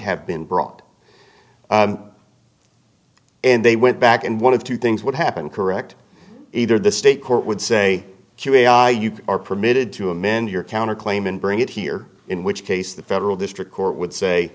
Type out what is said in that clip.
have been brought and they went back and one of two things would happen correct either the state court would say you are permitted to amend your counter claim and bring it here in which case the federal district court would say